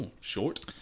Short